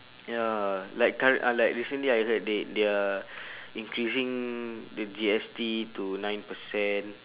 ya like current ah like recently I heard they they are increasing the G_S_T to nine percent